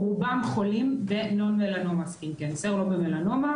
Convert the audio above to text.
רובם חולים בנון-מלנומה או במלנומה,